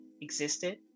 existed